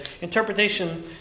interpretation